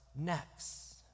Next